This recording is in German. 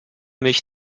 mich